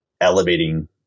elevating